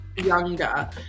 younger